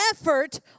effort